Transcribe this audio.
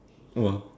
!wah!